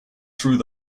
through